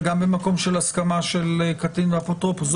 גם במקום של הסכמה של קטין ואפוטרופוס.